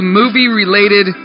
movie-related